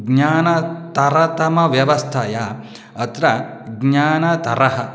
ज्ञानतरं व्यवस्थायाः अत्र ज्ञानदातारः